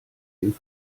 den